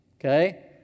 okay